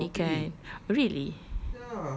oh ya ikan really